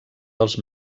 dels